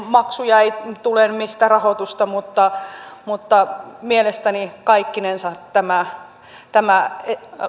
maksuja ei tule niin mistä rahoitusta mutta mutta mielestäni kaikkinensa tämä tämä